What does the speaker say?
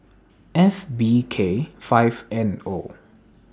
F B K five N O